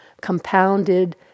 compounded